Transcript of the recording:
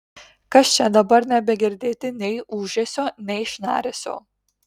kas čia dabar nebegirdėti nei ūžesio nei šnaresio